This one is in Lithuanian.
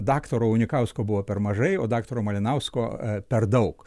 daktaro unikausko buvo per mažai o daktaro malinausko per daug